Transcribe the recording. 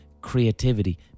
creativity